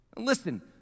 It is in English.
Listen